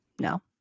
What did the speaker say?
No